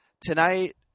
tonight